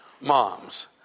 moms